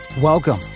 Welcome